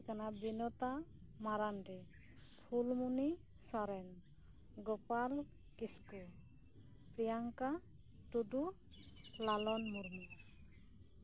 ᱦᱳᱭᱳᱜ ᱠᱟᱱᱟ ᱵᱤᱱᱚᱛᱟ ᱢᱟᱨᱟᱱᱰᱤ ᱯᱷᱩᱞᱢᱚᱱᱤ ᱥᱚᱨᱮᱱ ᱜᱳᱯᱟᱞ ᱠᱤᱥᱠᱩ ᱯᱨᱤᱭᱟᱝᱠᱟ ᱴᱩᱰᱩ ᱞᱟᱞᱚᱱ ᱢᱩᱨᱢᱩ